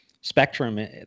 spectrum